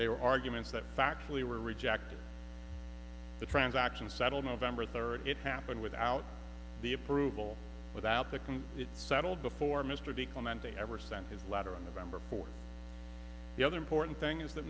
they were arguments that factually were rejected the transaction settled november third it happened without the approval without the can is settled before mr di clemente ever sent his letter on the member for the other important thing is that